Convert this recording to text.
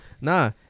Nah